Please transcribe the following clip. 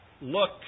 look